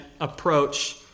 approach